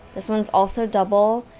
this one's also double,